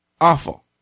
Awful